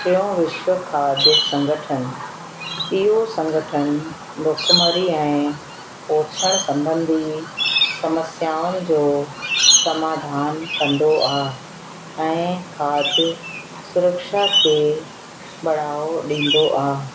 टियो विश्व खाद संगठन इहो संगठन भुखमरी ऐं पोषण संबंधी समस्याउनि जो समाधान कंदो आहे ऐं खाद सुरक्षा खे बढ़ावो ॾींदो आहे